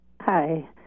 Hi